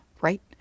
right